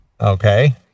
Okay